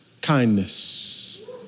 kindness